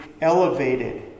elevated